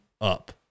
up